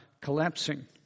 collapsing